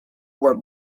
were